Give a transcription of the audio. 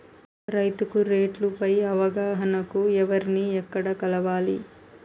రైతుకు రేట్లు పై అవగాహనకు ఎవర్ని ఎక్కడ కలవాలి?